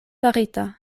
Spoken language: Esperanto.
farita